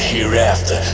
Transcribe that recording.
hereafter